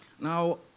Now